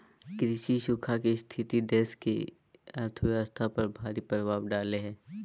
कृषि सूखा के स्थिति देश की अर्थव्यवस्था पर भारी प्रभाव डालेय हइ